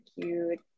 cute